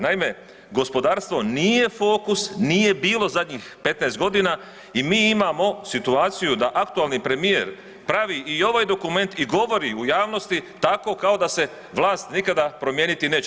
Naime, gospodarstvo nije fokus, nije bilo zadnjih 15 godina i mi imamo situaciju da aktualni premijer pravi i ovaj dokument i govori u javnosti tako kao da se vlast nikada promijeniti neće.